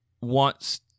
wants